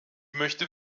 möchte